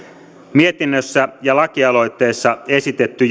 mietinnössä ja lakialoitteessa esitetty